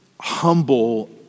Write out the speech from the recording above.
humble